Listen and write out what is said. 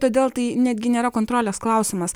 todėl tai netgi nėra kontrolės klausimas